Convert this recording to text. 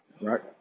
Right